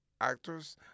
actors